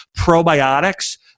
Probiotics